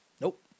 Nope